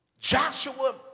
Joshua